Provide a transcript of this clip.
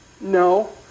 No